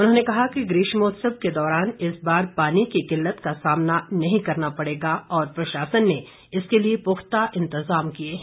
उन्होंने कहा कि ग्रीष्मोत्सव के दौरान इस बार पानी की किल्लत का सामना नहीं करना पड़ेगा और प्रशासन ने इसके लिए पुख्ता इंतज़ाम किए हैं